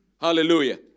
Hallelujah